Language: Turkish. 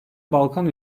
balkan